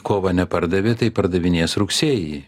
kovą nepardavė tai pardavinės rugsėjį